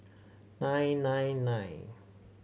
nine nine nine